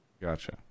Gotcha